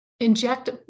inject